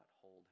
hold